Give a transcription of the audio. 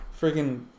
freaking